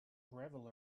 gravel